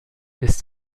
ist